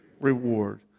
reward